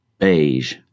beige